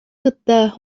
кытта